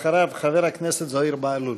אחריו, חבר הכנסת זוהיר בהלול.